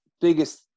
biggest, –